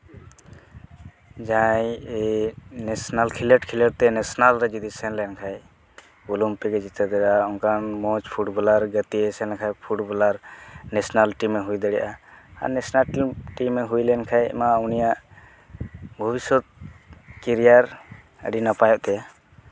ᱡᱟᱦᱟᱸᱭ ᱱᱮᱥᱱᱮᱞ ᱠᱷᱮᱞᱳᱰᱼᱠᱷᱮᱞᱳᱰ ᱛᱮ ᱱᱮᱥᱱᱮᱞ ᱨᱮ ᱡᱩᱫᱤᱭ ᱥᱮᱱ ᱞᱮᱱ ᱠᱷᱟᱡ ᱛᱮᱜᱮᱭ ᱡᱤᱛᱟᱹᱣ ᱫᱟᱲᱮᱭᱟᱜᱼᱟ ᱚᱱᱠᱟᱱ ᱢᱚᱡᱽ ᱯᱷᱩᱴᱵᱚᱞᱟᱨ ᱜᱟᱛᱤᱭ ᱥᱮᱱᱞᱮᱱᱠᱷᱟᱡ ᱯᱷᱩᱴᱵᱚᱞᱟᱨ ᱱᱮᱥᱱᱮᱞ ᱴᱤᱢᱮ ᱦᱩᱭ ᱫᱟᱲᱮᱭᱟᱜᱼᱟ ᱟᱨ ᱱᱮᱥᱱᱮᱞ ᱴᱤᱢᱮ ᱦᱩᱭ ᱞᱮᱱ ᱠᱷᱟᱡ ᱢᱟ ᱩᱱᱤᱭᱟᱜ ᱵᱷᱚᱵᱤᱥᱥᱚᱛ ᱠᱮᱨᱤᱭᱟᱨ ᱟᱹᱰᱤ ᱱᱟᱯᱟᱭᱚᱜ ᱛᱟᱭᱟ